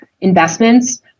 investments